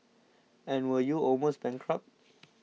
and were you almost bankrupted